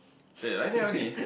chey like that only